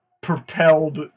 propelled